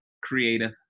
creative